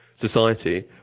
society